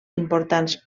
importants